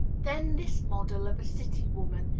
then this model of a city woman,